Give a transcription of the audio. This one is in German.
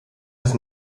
des